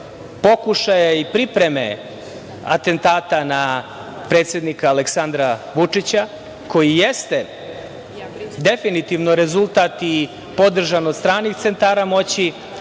pokušaja i pripreme atentata na predsednika Aleksandra Vučića. To jeste definitivno rezultat podržan od stranih centara moći,